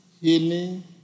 healing